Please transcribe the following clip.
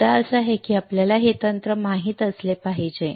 मुद्दा असा आहे की आपल्याला हे तंत्र माहित असले पाहिजे